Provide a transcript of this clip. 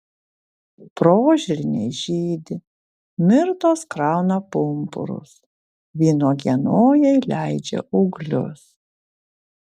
prožirniai žydi mirtos krauna pumpurus vynuogienojai leidžia ūglius